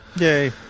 yay